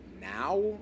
now